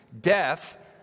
Death